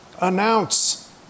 announce